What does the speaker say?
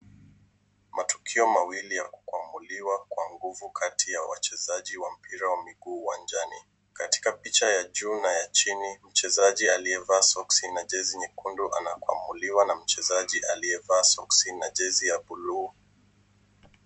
Matukio mawili ya kukwamuliwa kwa nguvu kati ya wachezaji wa mpira wa mguu uwanjani. Katika picha ya juu na ya chini, mchezaji aliyevaa soksi na jezi nyekundu anakwamuliwa na mchezaji aliyevaa soksi na jezi ya buluu.